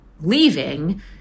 leaving